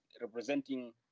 representing